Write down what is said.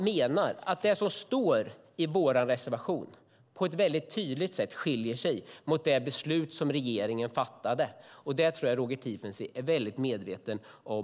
Men det som står i vår reservation skiljer sig på ett väldigt tydligt sätt från det beslut som regeringen fattade. Detta tror jag att Roger Tiefensee är klart medveten om.